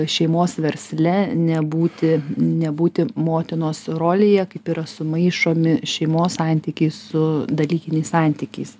šeimos versle nebūti nebūti motinos rolėje kaip yra sumaišomi šeimos santykiai su dalykiniais santykiais